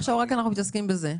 עכשיו אנחנו רק מתעסקים בזה.